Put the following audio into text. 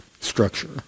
structure